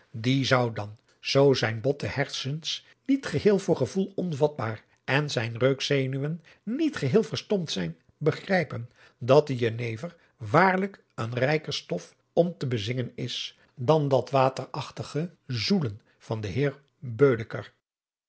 die zou dan zoo zijn botte hertens niet geheel voor gevoel onvatbaar en zijne reukgenuwen niet geheel verstompt zijn begrijpen dat de jenever waarlijk een rijker stof om te bezingen is dan dat waterachtige zoelen van den heer